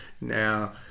now